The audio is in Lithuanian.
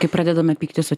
kai pradedame pyktis su